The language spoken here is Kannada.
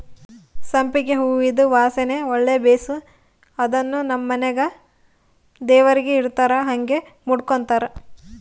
ಸಂಪಿಗೆ ಹೂವಿಂದು ವಾಸನೆ ಒಳ್ಳೆ ಬೇಸು ಅದುನ್ನು ನಮ್ ಮನೆಗ ದೇವರಿಗೆ ಇಡತ್ತಾರ ಹಂಗೆ ಮುಡುಕಂಬತಾರ